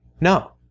No